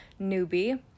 newbie